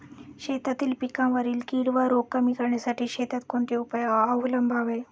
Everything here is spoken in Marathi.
शेतातील पिकांवरील कीड व रोग कमी करण्यासाठी शेतात कोणते उपाय अवलंबावे?